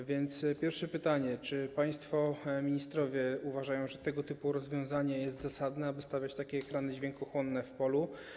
A więc pierwsze pytanie: Czy państwo ministrowie uważają, że tego typu rozwiązanie jest zasadne, aby stawiać takie ekrany dźwiękochłonne w polu?